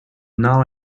now